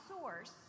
source